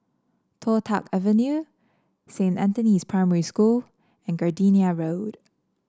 Toh Tuck Avenue Saint Anthony's Primary School and Gardenia Road